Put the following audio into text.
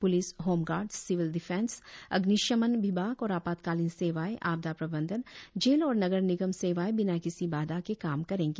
police home guard civil defence अग्निशमन विभाग और आपातकालीन सेवाएं आपदा प्रबंधन जेल और नगर निगम सेवाएं बिना किसी बाधा के काम करेंगी